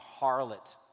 harlot